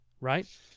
Right